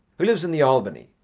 who lives in the albany,